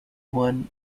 one